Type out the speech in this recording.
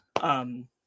Um-